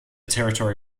territory